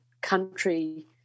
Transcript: country